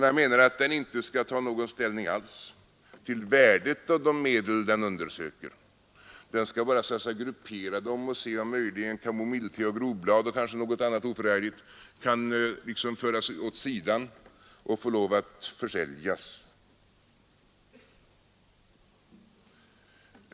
Han menar att den inte skall ta någon ställning alls till värdet av de medel den undersöker — den skall bara gruppera dem och se om möjligen kamomillté, groblad och kanske något annat oförargligt kan liksom föras åt sidan och få lov att försäljas.